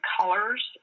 colors